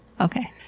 Okay